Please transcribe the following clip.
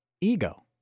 Ego